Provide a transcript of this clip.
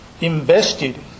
invested